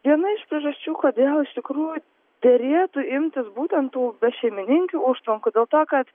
viena iš priežasčių kodėl iš tikrųjų derėtų imtis būtent tų bešeimininkių užtvankų dėl to kad